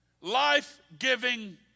Life-giving